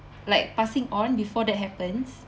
like passing on before that happens